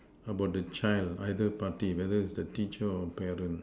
about the child either party whether is the teacher or parent